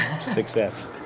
success